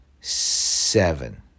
seven